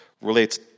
relates